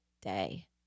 day